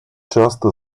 часто